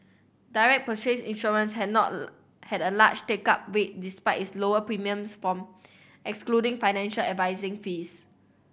direct purchase insurance had not had a large take up rate despite its lower premiums from excluding financial advising fees